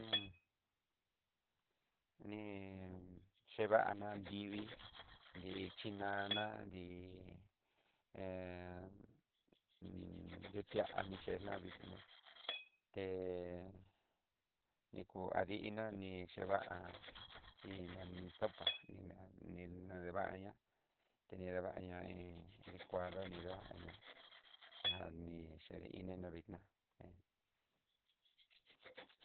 ni chevaná nrivii tí xhinana, nri- he e en- nrutuanixi navidná té niku adi iná ní cheva'a iin nani sopa iin nani devaña, tenedevaña iin licuado nrivaña ja ni chedeininró no vidná he.